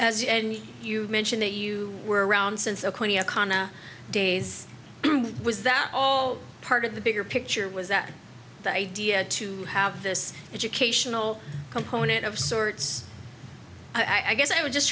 as you mention that you were around since khana days was that all part of the bigger picture was that the idea to have this educational component of sorts i guess i was just